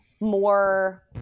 more